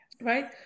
right